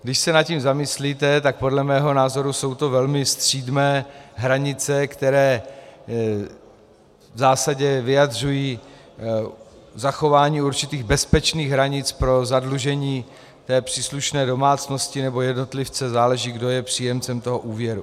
Když se nad tím zamyslíte, tak podle mého názoru jsou to velmi střídmé hranice, které v zásadě vyjadřují zachování určitých bezpečných hranic pro zadlužení té příslušné domácnosti nebo jednotlivce, záleží, kdo je příjemcem toho úvěru.